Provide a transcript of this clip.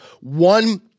one